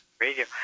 radio